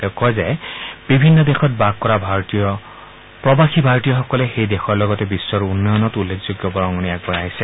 তেওঁ কয় যে বিভিন্ন দেশত বাস কৰা প্ৰবাসী ভাৰতীয়সকলে সেই দেশৰ লগতে বিশ্বৰ উন্নয়নত উল্লেখযোগ্য বৰঙণি আগবঢ়াই আহিছে